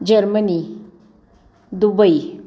Germany Dubai